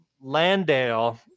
Landale